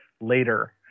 later